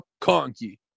Conky